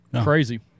Crazy